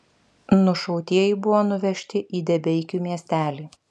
nušautieji buvo nuvežti į debeikių miestelį